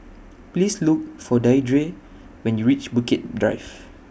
Please Look For Deirdre when YOU REACH Bukit Drive